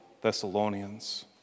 Thessalonians